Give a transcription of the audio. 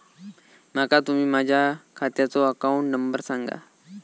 माका तुम्ही माझ्या खात्याचो अकाउंट नंबर सांगा?